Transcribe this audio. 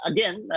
Again